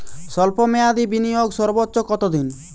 স্বল্প মেয়াদি বিনিয়োগ সর্বোচ্চ কত দিন?